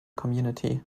community